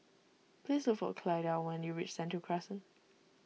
please look for Clyda when you reach Sentul Crescent